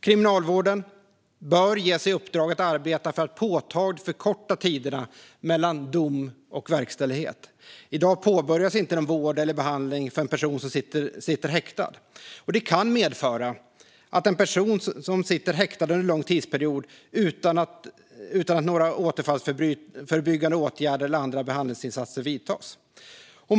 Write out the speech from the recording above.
Kriminalvården bör ges i uppdrag att arbeta för att påtagligt förkorta tiderna mellan dom och verkställighet. I dag påbörjas inte någon vård eller behandling av en person som sitter häktad. Det kan medföra att en person sitter häktad under en lång tidsperiod utan att några återfallsförebyggande åtgärder vidtas och utan att andra behandlingsinsatser görs.